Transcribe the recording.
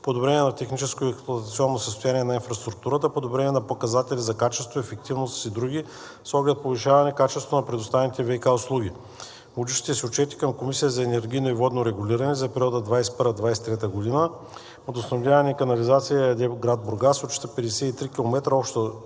подобрение на техническото и експлоатационното състояние на инфраструктурата, подобрение на показателите за качество, ефективност и други, с оглед повишаване на качеството на предоставените ВиК услуги. Получени са отчети към Комисията за енергийно и водно регулиране за периода 2021 – 2023 г. „Водоснабдяване и канализация“ ЕАД, град Бургас, отчита 53 км обща дължина